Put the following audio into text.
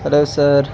hello sir